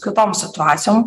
kitom situacijom